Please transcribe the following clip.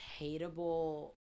hateable